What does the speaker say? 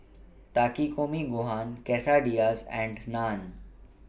Takikomi Gohan Quesadillas and Naan